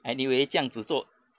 anyway 这样子做